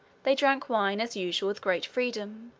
they drank wine, as usual, with great freedom.